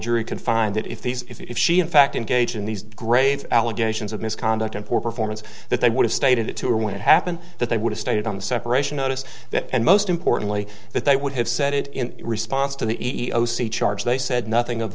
jury can find that if he's if she in fact engage in these grave allegations of misconduct and poor performance that they would have stated it to her when it happened that they would have stated on the separation notice that and most importantly that they would have said it in response to the e e o c charge they said nothing of